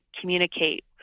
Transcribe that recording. communicate